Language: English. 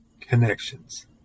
connections